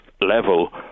level